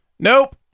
Nope